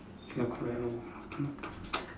ya correct lor mm